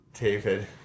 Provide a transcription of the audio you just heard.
David